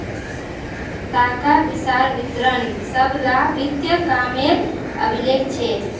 ताका पिसार विवरण सब ला वित्तिय कामेर अभिलेख छे